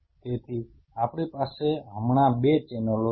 તેથી આપણી પાસે હમણાં 2 ચેનલો છે